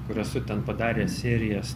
kur esu ten padaręs serijas